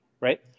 right